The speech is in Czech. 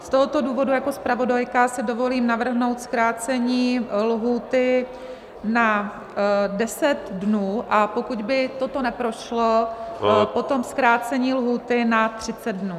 Z tohoto důvodu si jako zpravodajka dovolím navrhnout zkrácení lhůty na 10 dnů, a pokud by toto neprošlo, potom zkrácení lhůty na 30 dnů.